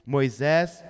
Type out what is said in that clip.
Moisés